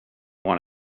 one